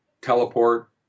teleport